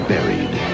buried